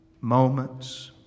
moments